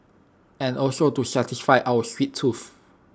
and also to satisfy our sweet tooth